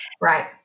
Right